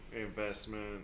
investment